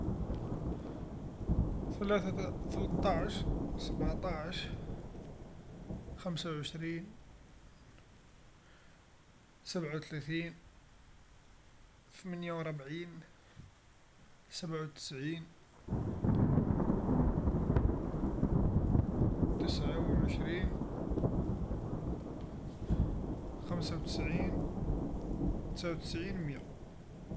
ثلاثة، ثلتاعش، سبعتاعش، خمسا و عشرين، سبعا و ثلاثين، ثمنيا و ربعين، سبعا و تسعين، تسعا و عشرين، خمسا و تسعين، تسعا و تسعين، ميا.